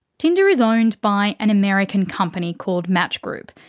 tinder is owned by an american company called match group,